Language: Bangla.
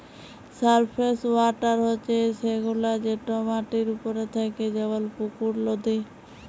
সারফেস ওয়াটার হছে সেগুলা যেট মাটির উপরে থ্যাকে যেমল পুকুর, লদী